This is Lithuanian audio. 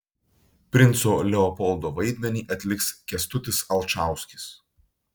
princo leopoldo vaidmenį atliks kęstutis alčauskis